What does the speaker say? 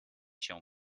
się